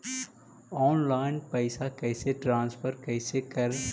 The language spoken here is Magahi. ऑनलाइन पैसा कैसे ट्रांसफर कैसे कर?